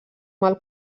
mal